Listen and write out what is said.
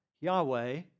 Yahweh